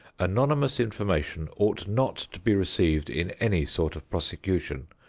anonymous information ought not to be received in any sort of prosecution.